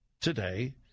today